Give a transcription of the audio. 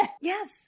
Yes